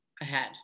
ahead